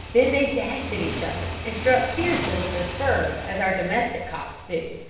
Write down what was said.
then they dashed at each other, and struck fiercely with their spurs as our domestic cocks do,